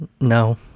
No